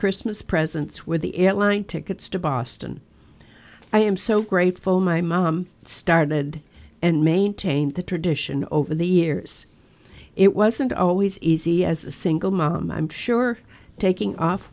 christmas presents with the airline tickets to boston i am so grateful my mom started and maintained the tradition over the years it wasn't always easy as a single mom i'm sure taking off